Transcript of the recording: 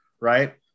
Right